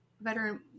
veteran